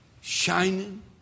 shining